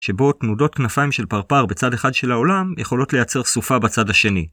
שבו תנודות כנפיים של פרפר בצד אחד של העולם יכולות לייצר סופה בצד השני.